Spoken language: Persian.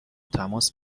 تماس